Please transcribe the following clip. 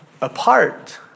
apart